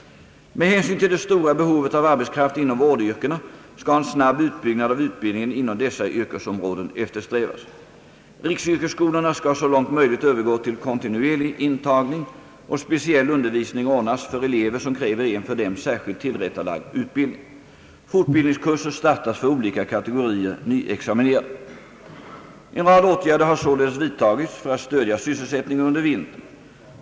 Med hänsyn till det stora behovet av arbetskraft inom vårdyrkena skall en snabb utbyggnad av utbildningen inom dessa yrkesområden eftersträvas. Riksyrkesskolorna skall så långt möjligt övergå till kontinuerlig intagning och speciell undervisning ordnas för elever som kräver en för dem särskilt tillrättalagd utbildning. Fortbildningskurser startas för olika kategorier nyexaminerade. En rad åtgärder har således vidtagits för att stödja sysselsättningen under vintern.